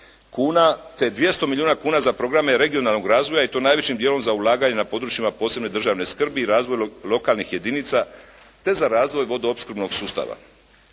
te 200 milijuna kuna za programe regionalnog razvoja i to najvećim dijelom za ulaganje na područjima posebne državne skrbi i razvoju lokalnih jedinica, te za razvoj vodoopskrbnog sustava.